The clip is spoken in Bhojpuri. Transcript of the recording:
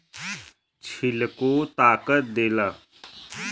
छिलको ताकत देला